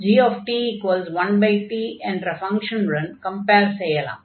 ஆகையால் g1t என்ற ஃபங்ஷனுடன் கம்பேர் செய்யலாம்